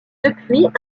depuis